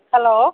hello